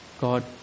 God